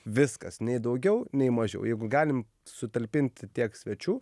viskas nei daugiau nei mažiau jeigu galim sutalpinti tiek svečių